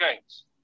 games